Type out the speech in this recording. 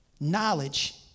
knowledge